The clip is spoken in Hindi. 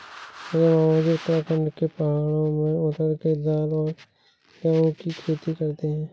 मेरे मामाजी उत्तराखंड के पहाड़ों में उड़द के दाल और गेहूं की खेती करते हैं